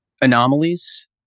anomalies